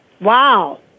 Wow